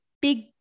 big